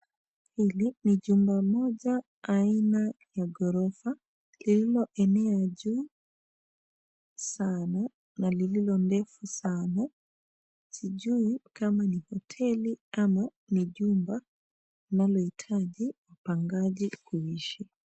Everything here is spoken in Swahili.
Hili ni jumba moja aina ya ghorofa lililoenea juu sana na lililo ndefu sana. Sijui kama ni hoteli ama ni jumba linalohitaji wapangaji kuishi.